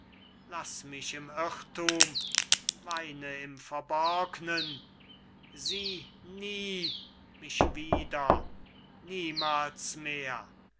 zweifel laß mich im irrthum weine im verborgnen sieh nie mich wieder niemals mehr nicht